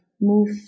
move